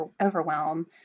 overwhelm